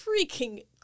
freaking